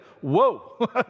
whoa